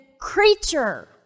creature